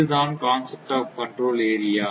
இது தான் concept of control area